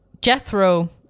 jethro